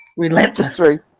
we legislate